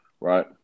Right